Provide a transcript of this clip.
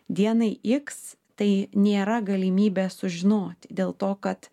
dienai iks tai nėra galimybės sužinot dėl to kad